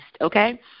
okay